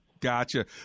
Gotcha